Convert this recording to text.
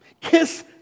Kiss